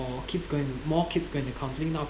kids going more kids going to counselling now